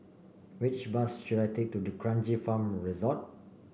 which bus should I take to D'Kranji Farm Resort